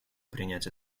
принять